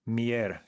mier